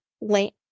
late